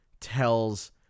tells